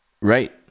Right